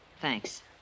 Thanks